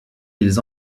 ils